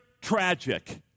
tragic